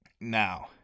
Now